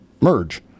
merge